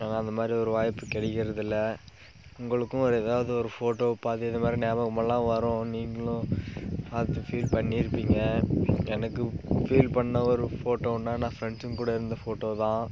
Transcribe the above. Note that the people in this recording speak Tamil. ஆனால் அந்த மாதிரி ஒரு வாய்ப்பு கிடைக்கிறதில்ல உங்களுக்கும் ஒரு எதாவது ஒரு ஃபோட்டோ பார்த்து இது மாதிரி ஞாபகமெல்லாம் வரும் நீங்களும் பார்த்து ஃபீல் பண்ணியிருப்பீங்க எனக்கு ஃபீல் பண்ண ஒரு ஃபோடோன்னால் நான் ஃபிரண்சுங்க கூட இருந்த ஃபோட்டோ தான்